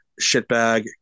shitbag